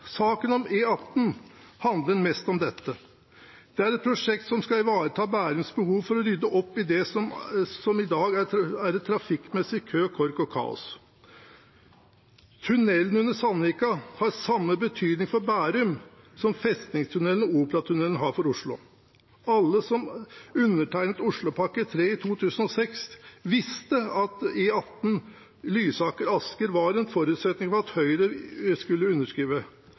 Saken om E18 handler mest om dette. Det er et prosjekt som skal ivareta Bærums behov for å rydde opp i det som i dag er trafikkmessig kø, kork og kaos. Tunnelen under Sandvika har samme betydning for Bærum som Festningstunnelen og Operatunnelen har for Oslo. Alle som undertegnet Oslopakke 3 i 2016, visste at E18 Lysaker–Asker var en forutsetning for at Høyre skulle underskrive.